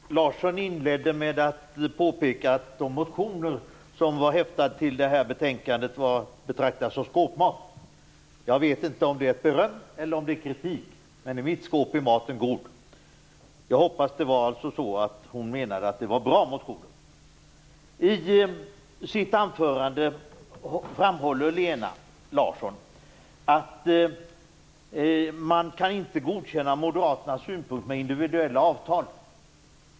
Fru talman! Lena Larsson inledde sitt anförande med att påpeka att de motioner som var fogade till betänkandet var att betrakta som skåpmat. Jag vet inte om det är beröm eller kritik, men i mitt skåp är maten god. Jag hoppas alltså att hon menade att det var bra motioner. I sitt anförande framhåller Lena Larsson att man inte kan godkänna Moderaternas synpunkter på individuella avtal.